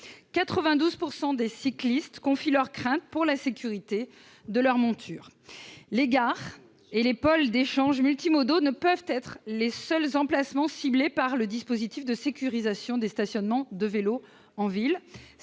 92 % des cyclistes confient craindre pour la sécurité de leur monture. Les gares et les pôles d'échanges multimodaux ne peuvent être les seuls emplacements ciblés par le dispositif de sécurisation des stationnements pour les vélos en ville.